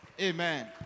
Amen